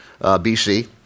BC